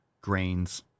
grains